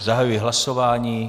Zahajuji hlasování.